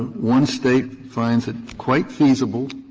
one state finds it quite feasible